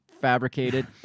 fabricated